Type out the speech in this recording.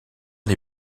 les